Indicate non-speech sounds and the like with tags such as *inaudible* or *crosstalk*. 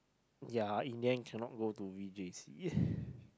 ya in the end cannot go to V_J_C *breath*